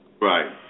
Right